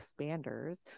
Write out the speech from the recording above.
expanders